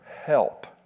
help